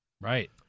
Right